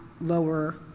lower